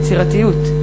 יצירתיות.